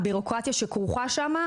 בקלות רבה חלק גדול מהבירוקרטיה שכרוכה שם,